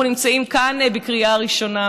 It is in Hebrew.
אנחנו נמצאים כאן בקריאה ראשונה,